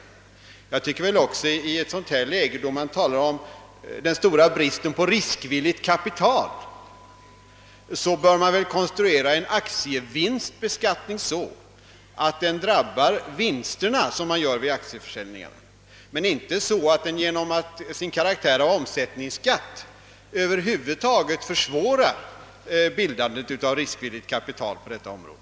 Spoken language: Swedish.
Enligt min mening skall man i nuvarande läge, när man talar om den stora bristen på riskvilligt kapital, konstruera en aktievinstbeskattning så att den drabbar de vinster som uppstår vid aktieförsäljningar och inte genom sin karaktär av omsättningsskatt över huvud taget försvårar bildandet av riskvilligt kapital på detta område.